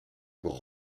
pour